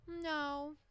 No